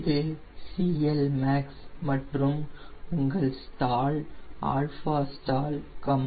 இது CLmax மற்றும் உங்கள் ஸ்டால் αstall αL0